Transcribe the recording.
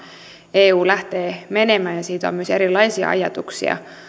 eu lähtee menemään ja siitä on myös erilaisia ajatuksia